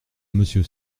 monsieur